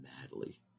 madly